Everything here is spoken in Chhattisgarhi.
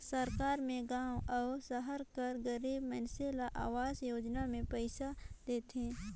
सरकार में गाँव अउ सहर कर गरीब मइनसे ल अवास योजना में पइसा देथे